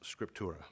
Scriptura